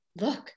look